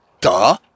Duh